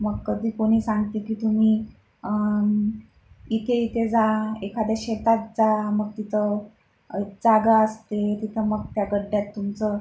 मग कधी कोनी सांगते की तुमी इते इथे जा एखाद्या शेतात जा मग तिथं जागा असते तिथं मग त्या गड्ड्यात तुमचं